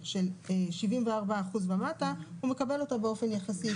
של 74% ומטה הוא מקבל אותה באופן יחסי,